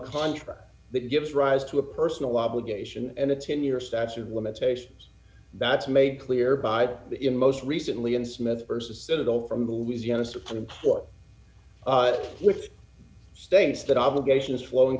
contract that gives rise to a personal obligation and a ten year statute of limitations that's made clear by the in most recently in smith vs citadel from louisiana supreme court which states that obligations flowing